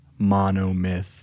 monomyth